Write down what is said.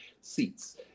seats